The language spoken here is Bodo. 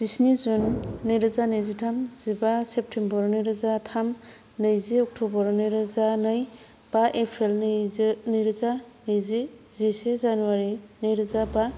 जिस्नि जुन नैरोजा नैजिथाम जिबा सेप्तेम्बर नैरोजा थाम नैजि अक्टबर नैरोजा नै बा एप्रिल नैरोजा नैजि जिसे जानुवारि नैरोजा बा